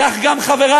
כך גם חבריו,